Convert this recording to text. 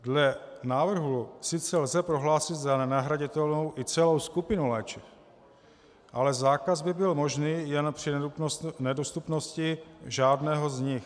Dle návrhu sice lze prohlásit za nenahraditelnou i celou skupinu léčiv, ale zákaz by byl možný jen při nedostupnosti žádného z nich.